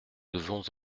devons